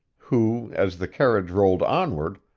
who, as the carriage rolled onward,